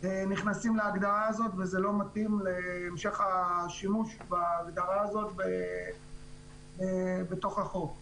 נכנסים להגדרה הזאת וזה לא מתאים להמשך השימוש בהגדרה הזאת בתוך החוק.